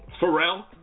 Pharrell